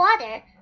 water